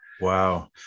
Wow